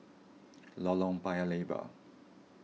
Lorong Paya Lebar